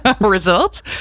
results